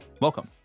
Welcome